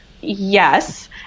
yes